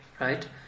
right